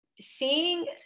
seeing